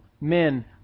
men